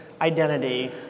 identity